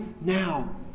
now